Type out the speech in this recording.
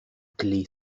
clé